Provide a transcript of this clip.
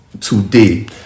today